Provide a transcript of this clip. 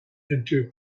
into